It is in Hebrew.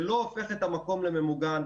זה לא הופך את המקום לממוגן.